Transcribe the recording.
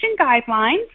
guidelines